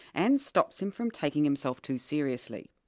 and stops him from taking himself too seriously.